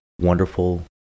wonderful